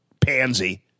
pansy